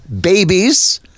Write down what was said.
babies